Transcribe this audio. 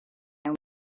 and